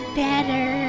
better